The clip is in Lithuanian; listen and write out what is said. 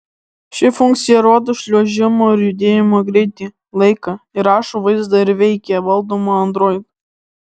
ši funkcija rodo šliuožimo ir judėjimo greitį laiką įrašo vaizdą ir veikia valdoma android